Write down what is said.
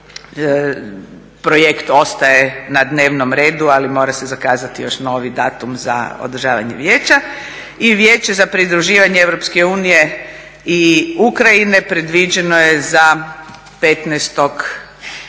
projekt ostaje na dnevnom redu ali mora se zakazati još novi datum za održavanje vijeća. I Vijeće za pridruživanje EU i Ukrajine predviđeno je za 15. prosinca.